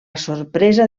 sorpresa